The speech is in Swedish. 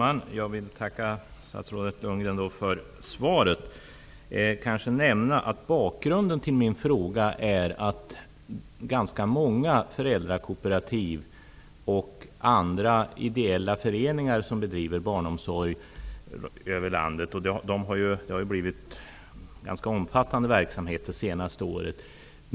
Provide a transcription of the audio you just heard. Fru talman! Jag vill tacka statsrådet Lundgren för svaret. Jag vill nämna bakgrunden till min fråga. Ganska många föräldrakooperativ och andra ideella föreningar bedriver barnomsorg i landet -- det har blivit en ganska omfattande verksamhet under det senaste året.